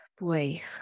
boy